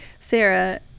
Sarah